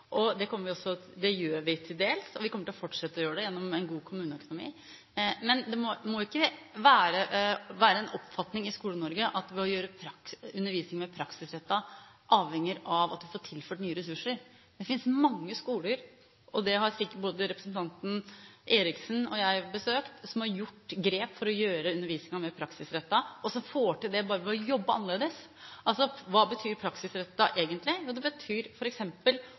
Det gjør vi til dels, og vi kommer til å fortsette å gjøre det gjennom en god kommuneøkonomi. Men det må ikke være en oppfatning i Skole-Norge at det å gjøre undervisningen mer praksisrettet avhenger av at man får tilført nye ressurser. Det finnes mange skoler – og de har sikkert både representanten Eriksen og jeg besøkt – som har tatt grep for å gjøre undervisningen mer praksisrettet, og som får det til bare ved å jobbe annerledes. Hva betyr «praksisrettet» egentlig? Jo, det betyr